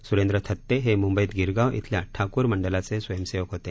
सुरेंद्र थत्ते हे मुंबईत गिरगाव इथल्या ठाकुर मंडलाचे स्वयंसेवक होते